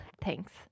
Thanks